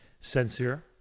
sincere